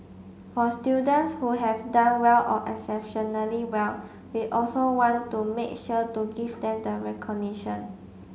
for students who have done well or exceptionally well we also want to make sure to give them the recognition